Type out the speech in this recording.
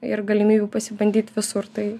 ir galimybių pasibandyt visur tai